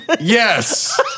Yes